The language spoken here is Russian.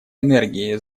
энергии